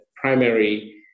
primary